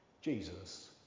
Jesus